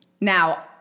now